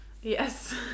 Yes